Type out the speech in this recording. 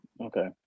Okay